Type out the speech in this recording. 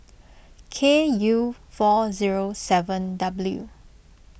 K U four zero seven W